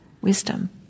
wisdom